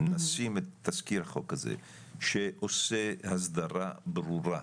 נשים את תזכיר החוק הזה שעושה הסדרה ברורה,